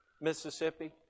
Mississippi